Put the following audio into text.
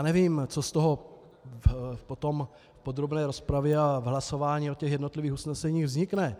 Nevím, co z toho potom v podrobné rozpravě a v hlasování o jednotlivých usneseních vznikne.